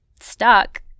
stuck